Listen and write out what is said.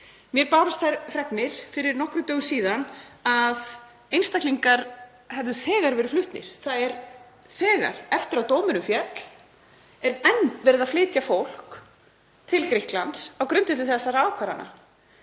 Mér bárust þær fregnir fyrir nokkrum dögum síðan að einstaklingar hefðu þegar verið fluttir. Eftir að dómurinn féll er enn verið að flytja fólk til Grikklands á grundvelli þessara ákvarðana.